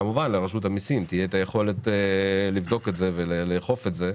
כמובן שלרשות המיסים תהיה את היכולת לבדוק ולאכוף את זה.